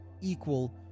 equal